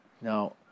Now